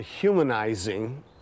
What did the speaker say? humanizing